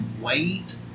wait